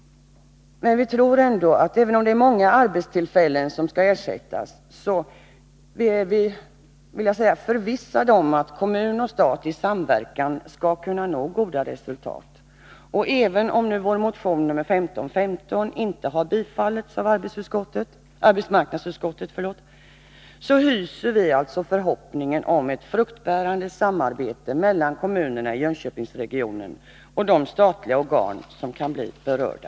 Även om det är många arbetstillfällen som skall ersättas, är vi förvissade om att kommunen och staten i samverkan skall kunna nå goda resultat. Trots att vår motion nr 1515 inte har tillstyrkts av arbetsmarknadsutskottet hyser vi förhoppning om ett fruktbärande samarbete mellan kommunerna i Jönköpingsregionen och de statliga organ som kan bli berörda.